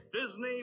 Disney